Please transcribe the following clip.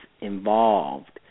involved